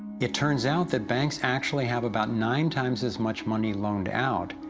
it turns out, that banks actually have about nine times as much money loaned out,